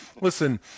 listen